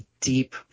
deep